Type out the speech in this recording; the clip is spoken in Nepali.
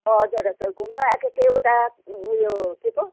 हजुर हजुर घुम्नु आएको थिएँ उता उयो के पो